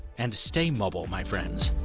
and stay mobile my friends.